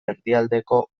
erdialdeko